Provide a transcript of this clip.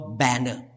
banner